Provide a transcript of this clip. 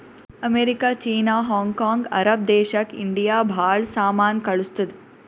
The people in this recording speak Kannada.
America, China, Hong Kong, Arab ದೇಶಕ್ ಇಂಡಿಯಾ ಭಾಳ ಸಾಮಾನ್ ಕಳ್ಸುತ್ತುದ್